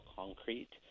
concrete